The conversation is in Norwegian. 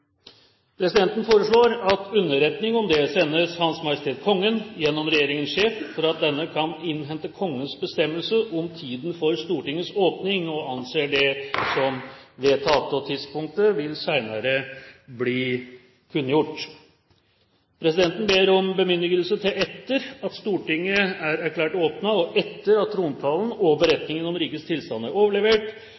Presidenten foreslår at underretning om dette sendes Hans Majestet Kongen gjennom regjeringens sjef, for at denne kan innhente Kongens bestemmelse om tiden for Stortingets åpning. – Det anses vedtatt. Tidspunktet vil bli kunngjort senere. Presidenten ber om bemyndigelse til, etter at Stortinget er erklært åpnet, og etter at trontalen og